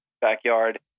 backyard